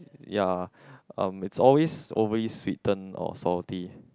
ya um it's always overly sweetened or salty